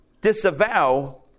disavow